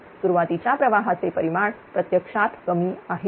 सुरुवातीच्या प्रवाहाचे परिमाण प्रत्यक्षात कमी आहे